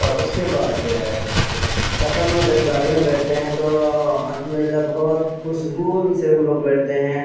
اور اس کے بعد جو ہے سفر میں جب گاڑی میں بیٹھتے ہیں تو الحمدللہ بہت پرسکون سے ہم لوگ بیٹھتے ہیں